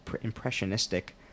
impressionistic